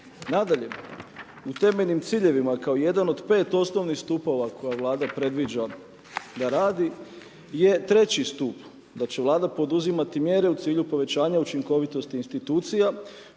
Nadalje, u temeljnim ciljevima kao jedan od pet osnovnih stupova koje Vlada predviđa da radi je treći stup, da će Vlada poduzimati mjere u cilju povećanja učinkovitosti institucija